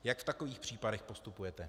Jak v takových případech postupujete?